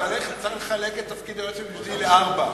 צריך לחלק את תפקיד היועץ המשפטי לארבע,